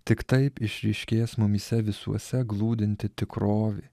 tik taip išryškės mumyse visuose glūdinti tikrovė